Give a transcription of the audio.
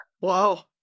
Wow